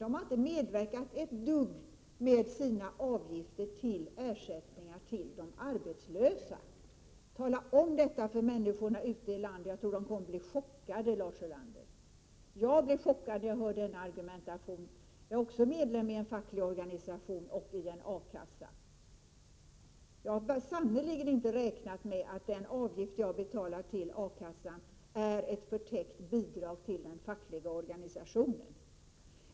De har inte medverkat ett dugg med sina avgifter till ersättningar till de arbetslösa! Tala om detta för människorna ute i landet. Jag tror att de kommer att bli chockade, Lars Ulander. Jag blev chockad när jag hörde den argumentationen. Jag är också medlem i en facklig organisation och i en A-kassa. Jag har sannerligen inte räknat med att den avgift jag betalar till A-kassan är ett förtäckt bidrag till den fackliga organisationen!